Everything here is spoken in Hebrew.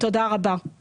תודה רבה,